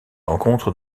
rencontre